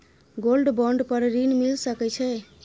Gold bond पर ऋण मिल सके छै?